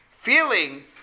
Feeling